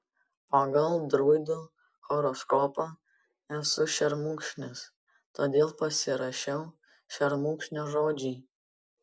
pagal druidų horoskopą esu šermukšnis todėl pasirašiau šermukšnio žodžiai